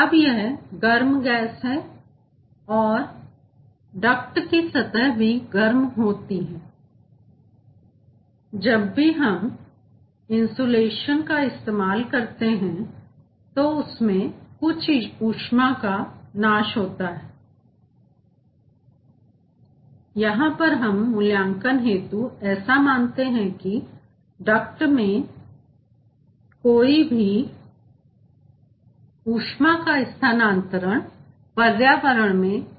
अब यह गर्म गैस है और डक्ट की सतह भी गर्म होती है तो जब भी हम इनसुलेशनरोधित का इस्तेमाल करते हैं तो उसमें कुछ ऊष्मा का नाश होता है यहां पर हम मूल्यांकन हेतु ऐसा मानते हैं की डक्ट से कोई भी ऊष्मा का स्थानांतरण पर्यावरण में नहीं हो रहा है